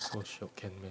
so shiok can meh